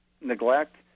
neglect